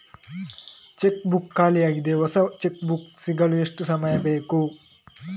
Check book ಖಾಲಿ ಯಾಗಿದೆ, ಹೊಸ ಚೆಕ್ ಬುಕ್ ಸಿಗಲು ಎಷ್ಟು ಸಮಯ ಬೇಕು?